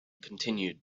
continued